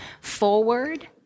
forward